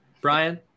Brian